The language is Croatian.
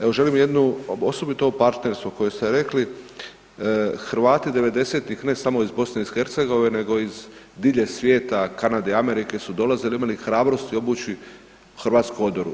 Evo želim jednu, osobito ovo partnerstvo koje ste rekli, Hrvati 90-ih ne samo iz BiH-a nego iz diljem svijeta, Kanade, Amerike su dolazili i imali hrabrosti obući hrvatsku odoru.